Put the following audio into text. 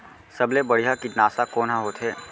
सबले बढ़िया कीटनाशक कोन ह होथे?